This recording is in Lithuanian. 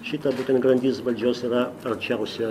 šita būtent grandis valdžios yra arčiausia